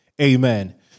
Amen